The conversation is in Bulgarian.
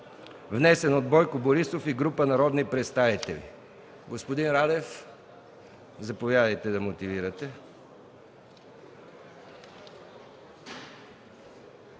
представител Бойко Борисов и група народни представители. Господин Радев, заповядайте да мотивирате